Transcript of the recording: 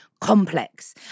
complex